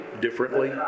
differently